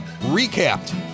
recapped